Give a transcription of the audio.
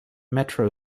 metro